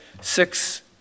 six